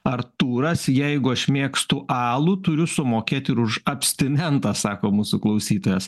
artūras jeigu aš mėgstu alų turiu sumokėt ir už abstinentą sako mūsų klausytojas